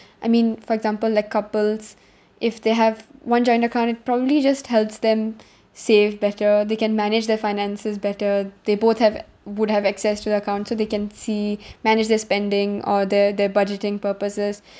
I mean for example like couples if they have one joint account it probably just helps them save better they can manage their finances better they both have would have access to the account so they can see manage their spending or the the budgeting purposes